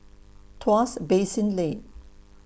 Tuas Basin Lane